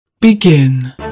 Begin